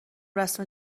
رسم